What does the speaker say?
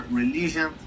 religion